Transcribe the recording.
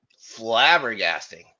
flabbergasting